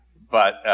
but